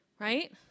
right